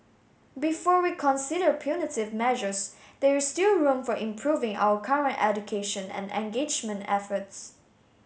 before we consider punitive measures there is still room for improving our current education and engagement efforts